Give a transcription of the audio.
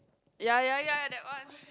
ya ya ya that one